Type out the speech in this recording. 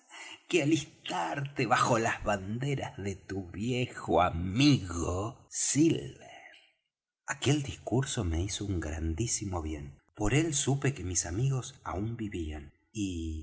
que alistarte bajo las banderas de tu viejo amigo silver aquel discurso me hizo un grandísimo bien por él supe que mis amigos aún vivían y